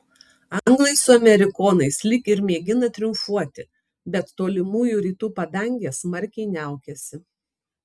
anglai su amerikonais lyg ir mėgina triumfuoti bet tolimųjų rytų padangė smarkiai niaukiasi